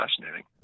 fascinating